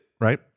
right